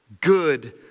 good